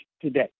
today